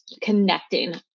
connecting